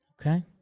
Okay